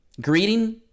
greeting